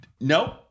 Nope